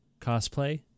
cosplay